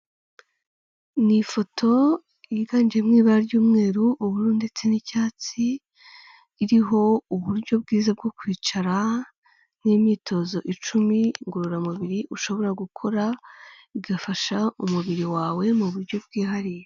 Ni ifoto yiganjemo ibara ry'umweru, ubururu ndetse n'icyatsi, iriho uburyo bwiza bwo kwicara n'imyitozo icumi ngororamubiri ushobora gukora igafasha umubiri wawe mu buryo bwihariye.